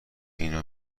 اینو